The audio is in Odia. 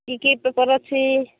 କି କି ପେପର୍ ଅଛି